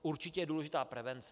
Určitě je důležitá prevence.